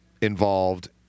involved